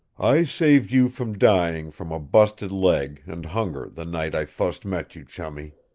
i saved you from dying from a bust leg and hunger the night i fust met you, chummie.